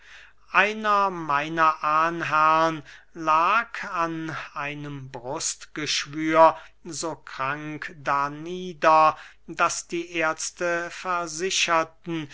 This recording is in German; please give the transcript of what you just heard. einer meiner ahnherrn lag an einem brustgeschwür so krank darnieder daß die ärzte versicherten